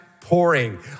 pouring